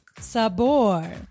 Sabor